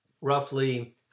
roughly